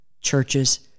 Churches